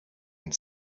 and